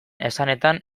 esanetan